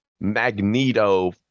magneto